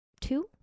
two